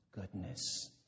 goodness